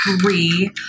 three